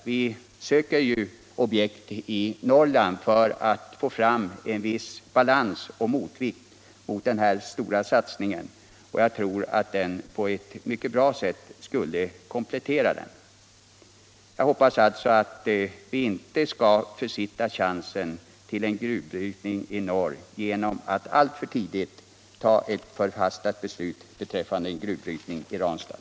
Vi söker ju objekt i Norrland för att få fram en viss balans och motvikt mot denna stora satsning, och jag tror att denna brytning på ett mycket bra sätt skulle kunna komplettera den. Jag hoppas alltså att vi inte skall försitta chansen till en gruvbrytning i norr genom att fatta ett förhastat beslut om en alltför tidig gruvbrytning i Ranstad.